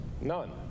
None